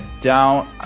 down